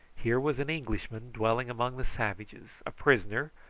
here was an englishman dwelling among the savages a prisoner,